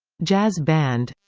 jazz band